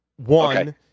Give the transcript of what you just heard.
One